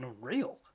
real